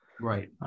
right